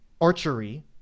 archery